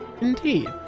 indeed